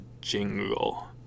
jingle